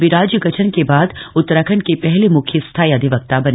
वे राज्य गठन के बाद उत्तराखंड के पहले मुख्य स्थायी अधिवक्ता बने